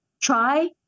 try